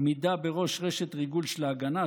עמידה בראש רשת ריגול של ההגנה,